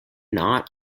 not